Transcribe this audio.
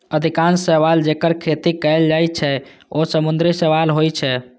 अधिकांश शैवाल, जेकर खेती कैल जाइ छै, ओ समुद्री शैवाल होइ छै